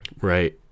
Right